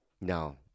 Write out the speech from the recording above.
No